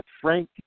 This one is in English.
Frank